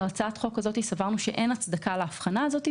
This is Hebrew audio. בהצעת החוק הזאת סברנו שאין הצדקה להבחנה הזאת,